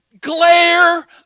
glare